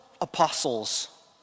apostles